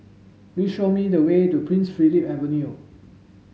please show me the way to Prince Philip Avenue